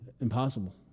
Impossible